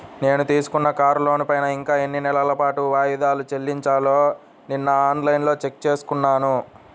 నేను తీసుకున్న కారు లోనుపైన ఇంకా ఎన్ని నెలల పాటు వాయిదాలు చెల్లించాలో నిన్నఆన్ లైన్లో చెక్ చేసుకున్నాను